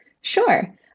Sure